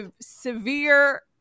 severe